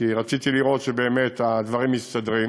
כי רציתי לראות שבאמת הדברים מסתדרים,